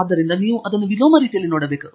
ಆದ್ದರಿಂದ ನೀವು ಅದನ್ನು ವಿಲೋಮ ರೀತಿಯಲ್ಲಿ ನೋಡಬೇಕು